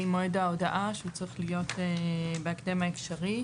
מועד ההגעה שהוא צריך להיות בהקדם האפשרי,